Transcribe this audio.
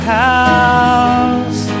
house